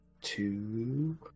two